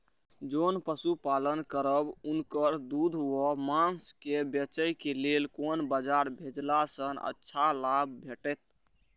जोन पशु पालन करब उनकर दूध व माँस के बेचे के लेल कोन बाजार भेजला सँ अच्छा लाभ भेटैत?